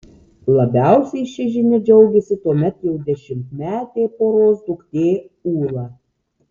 labiausiai šia žinia džiaugėsi tuomet jau dešimtmetė poros duktė ula